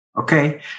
Okay